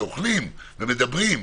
שאוכלים ומדברים,